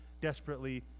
desperately